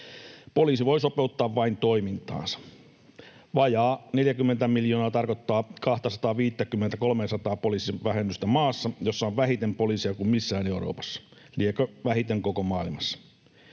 Poliisi voi sopeuttaa vain toimintaansa. Vajaa 40 miljoonaa tarkoittaa 250—300 poliisin vähennystä maassa, jossa on vähiten poliiseja kuin missään muualla Euroopassa — liekö vähiten koko maailmassa.